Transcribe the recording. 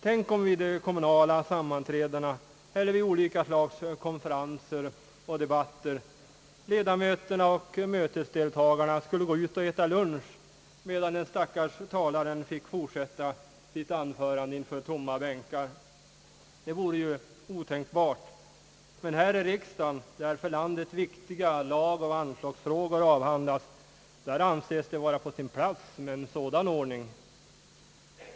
Tänk om vid kommunala sammanträden eller vid olika slag av konferenser och debatter ledamöterna och mötesdeltagarna skulle gå ut och äta lunch, medan den stackars talaren skulle fortsätta sitt anförande inför tomma bänkar. Det vore otänkbart, men här i riksdagen, där för landet viktiga lagoch anslagsfrågor avhandlas, anses det vara på sin plats med en sådan ordning.